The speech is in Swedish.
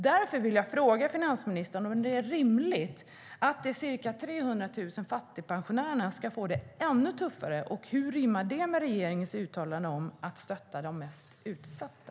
Därför vill jag fråga finansministern om det är rimligt att de ca 300 000 fattigpensionärerna ska få det ännu tuffare. Hur rimmar det med regeringens uttalanden om att stötta de mest utsatta?